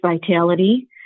vitality